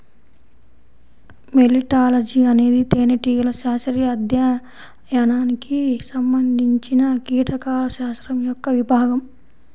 మెలిటాలజీఅనేది తేనెటీగల శాస్త్రీయ అధ్యయనానికి సంబంధించినకీటకాల శాస్త్రం యొక్క విభాగం